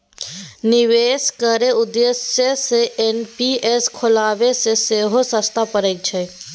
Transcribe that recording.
निबेश केर उद्देश्य सँ एन.पी.एस खोलब सँ सेहो सस्ता परय छै